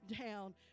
down